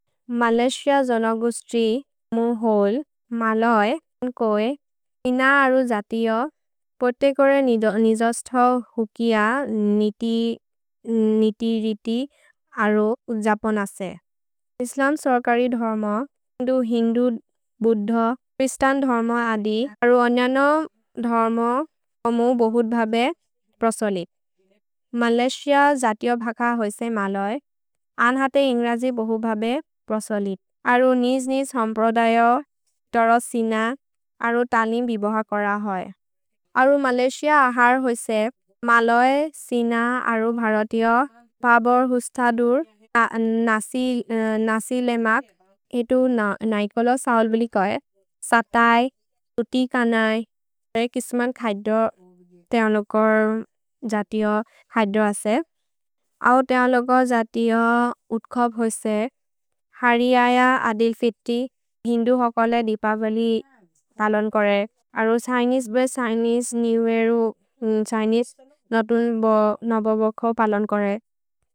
मलय्सिअ जनगुस्त्रि मु होल् मलोय् कोए इन अरु जतिओ पोते कोरे निजस्थ हुकिअ निति रिति अरु जपोन् असे। इस्लम् सर्करि धर्म, हिन्दु-हिन्दु बुद्ध, क्रिस्तन् धर्म अदि अरु अन्यन धर्म मु बहुत् भबे प्रसोलिद्। मलय्सिअ जतिओ भक होइसे मलोय् अन्हते इन्ग्रजि बहुत् भबे प्रसोलिद्। अरु निज्-निज् हम्प्रदयो, तर सिन, अरु तलिम् बिबोह कोर होइ। अरु मलय्सिअ अहर् होइसे मलोय्, सिन, अरु भरतिओ, भबोर्, हुस्तदुर्, नसि लेमक्, एतु नैकोलो सवल् बिलि कोए, सतय्, तुति कनय्, किस्मन् खैद्रो, तेअलोगर् जतिओ खैद्रो असे। औ तेअलोगर् जतिओ उत्कब् होइसे, हरि अय, अदिल् फिति, हिन्दु हुकोले दिपबिलि पलोन् कोरे। अरु सैनिस् बे सैनिस्, निवेरो सैनिस्, नतुन् बो, नबोबोको पलोन् कोरे।